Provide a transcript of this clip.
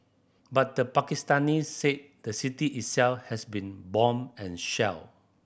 but the Pakistanis said the city itself has been bombed and shelled